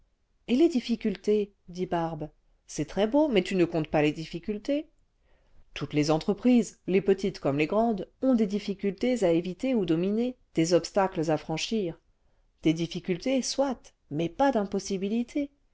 etles difficultés fit barbe c'est très beau mais tu ne comptés pas les difficultés toutes les entreprises lès petites comme les grandes ont dés difficultés à éviter ou dominer des obstacles à franchir des difficultés soit mais pas d'impossibilités